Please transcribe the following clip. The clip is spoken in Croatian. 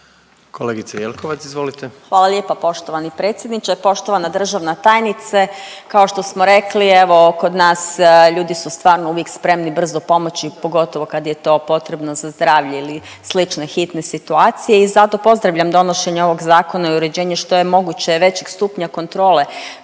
**Jelkovac, Marija (HDZ)** Hvala lijepa poštovani predsjedniče. Poštovana državna tajnice, kao što smo rekli evo kod nas ljudi su stvarno uvijek spremni brzo pomoći pogotovo kad je to potrebno za zdravlje ili slične hitne situacije i zato pozdravljam donošenje ovog zakona i uređenje što je moguće većeg stupnja kontrole